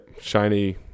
shiny